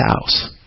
house